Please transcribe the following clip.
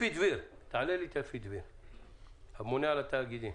אפי דביר, הממונה על התאגידים,